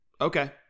Okay